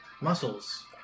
muscles